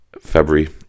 february